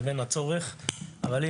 לבין הצורך.